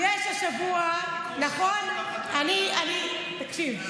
יש השבוע, תקשיב.